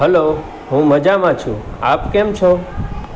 hello હું મજામાં છું આપ કેમ છો